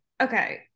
okay